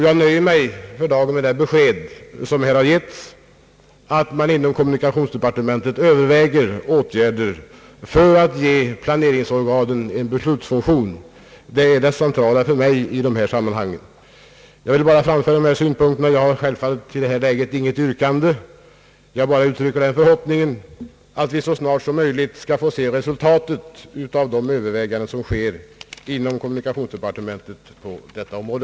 Jag nöjer mig för dagen med det besked som här har lämnats, nämligen att man inom kommunikationsdepartementet överväger åtgärder för att ge planeringsorganen en beslutsfunktion — det är det centrala för mig i detta sammanhang. Jag vill bara framföra dessa synpunkter och ämnar självfallet i detta läge inte framställa något yrkande. Jag uttrycker endast den förhoppningen att vi så snart som möjligt skall få se resultatet av de överväganden som sker inom kommunikationsdepartementet på detta område.